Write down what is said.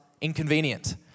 inconvenient